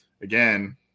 Again